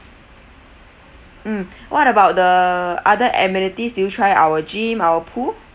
mm what about the other amenities did you try our gym our pool